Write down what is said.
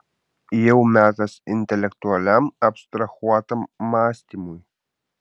jau metas intelektualiam abstrahuotam mąstymui